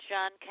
John